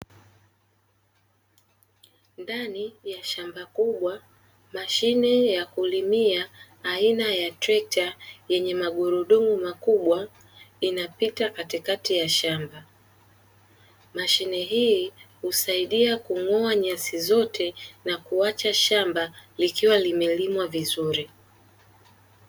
Ndani ya shamba kubwa mashine ya kulimia aina ya trekta yenye magurudumu makubwa inapita katikati ya shamba, mashine hii husaidia kung’oa nyasi zote na kuacha shamba likiwa limelimwa vizuri.